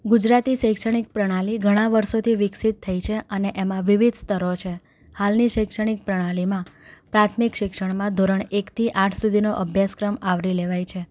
ગુજરાતી શૈક્ષણિક પ્રણાલી ઘણા વર્ષોથી વિકસિત થઈ છે અને એમાં વિવિધ સ્તરો છે હાલની શૈક્ષણિક પ્રણાલીમાં પ્રાથમિક શિક્ષણમાં ધોરણ એકથી આઠ સુધીનો અભ્યાસક્રમ આવરી લેવાય છે